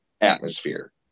atmosphere